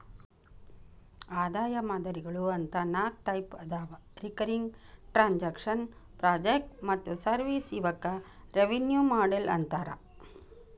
ಆದಾಯ ಮಾದರಿಗಳು ಅಂತ ನಾಕ್ ಟೈಪ್ ಅದಾವ ರಿಕರಿಂಗ್ ಟ್ರಾಂಜೆಕ್ಷನ್ ಪ್ರಾಜೆಕ್ಟ್ ಮತ್ತ ಸರ್ವಿಸ್ ಇವಕ್ಕ ರೆವೆನ್ಯೂ ಮಾಡೆಲ್ ಅಂತಾರ